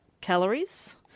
calories